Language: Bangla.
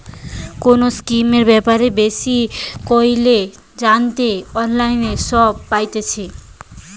কোনো স্কিমের ব্যাপারে বেশি কইরে জানতে অনলাইনে সব পাইতেছে